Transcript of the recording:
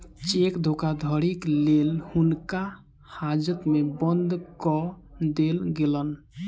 cheque धोखाधड़ीक लेल हुनका हाजत में बंद कअ देल गेलैन